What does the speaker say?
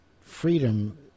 freedom